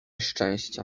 szczęścia